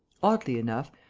oddly enough,